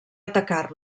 atacar